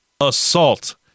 assault